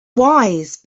wise